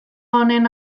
honen